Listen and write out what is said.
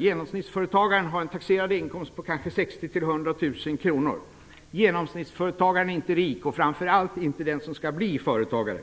Genomsnittsföretagaren har en taxerad inkomst på kanske 60 000--100 000 kr. Genomsnittsföretagaren är inte rik, och framför allt inte den som skall bli företagare.